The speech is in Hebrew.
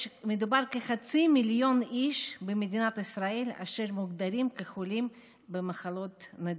מדובר בחצי מיליון איש במדינת ישראל אשר מוגדרים כחולים במחלות נדירות.